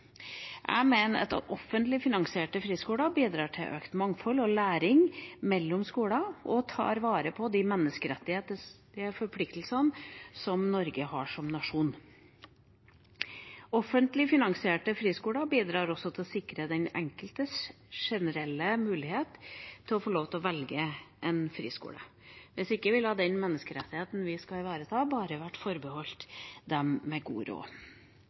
Jeg mener at de offentlig finansierte friskolene bidrar til økt mangfold og læring mellom skoler og tar vare på de menneskerettighetsforpliktelsene Norge har som nasjon. Offentlig finansierte friskoler bidrar også til å sikre den enkeltes generelle mulighet til å velge en friskole. Hvis ikke ville den menneskerettigheten vi skal ivareta, bare vært forbeholdt dem med god råd.